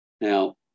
Now